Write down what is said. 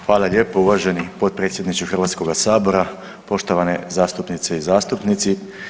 Hvala lijepo uvaženi potpredsjedniče Hrvatskoga sabora, poštovane zastupnice i zastupnici.